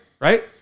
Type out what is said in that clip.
Right